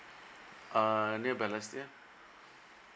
uh near balestier